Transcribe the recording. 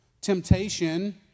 temptation